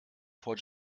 fuhr